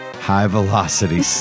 high-velocity